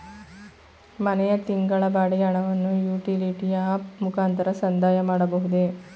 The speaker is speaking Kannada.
ಮನೆಯ ತಿಂಗಳ ಬಾಡಿಗೆ ಹಣವನ್ನು ಯುಟಿಲಿಟಿ ಆಪ್ ಮುಖಾಂತರ ಸಂದಾಯ ಮಾಡಬಹುದೇ?